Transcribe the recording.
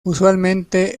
usualmente